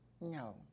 No